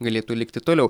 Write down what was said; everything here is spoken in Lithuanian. galėtų likti toliau